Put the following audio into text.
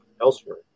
elsewhere